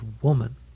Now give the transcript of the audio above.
woman